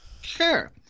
Sure